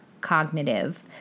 cognitive